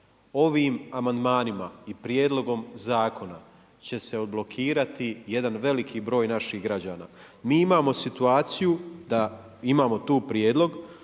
Ovim amandmanima i prijedlogom zakona, će se odblokirat jedan veliki broj naših građana. Mi imamo situaciju, da imamo tu prijedlog,